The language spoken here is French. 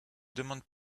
demandent